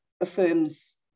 affirms